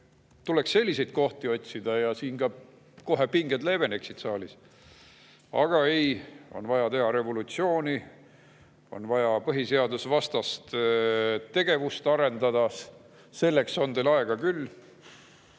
tuleks selliseid kohti otsida, siis saalis kohe pinged leeveneksid. Aga ei, on vaja teha revolutsiooni, on vaja põhiseadusvastast tegevust arendada, selleks on teil aega küll,